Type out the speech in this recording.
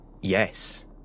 yes